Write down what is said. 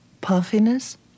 puffiness